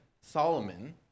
Solomon